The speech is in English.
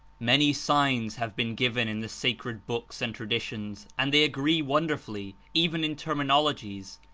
many signs have been given in the sacred books and traditions and they agree wonderfully, even in terminologies.